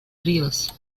ríos